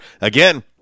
Again